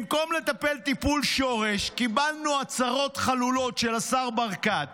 במקום לטפל טיפול שורש קיבלנו הצהרות חלולות של השר ברקת.